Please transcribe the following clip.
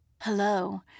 Hello